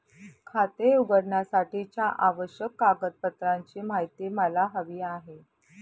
खाते उघडण्यासाठीच्या आवश्यक कागदपत्रांची माहिती मला हवी आहे